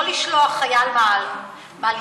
לא לשלוח חייל מהלשכה,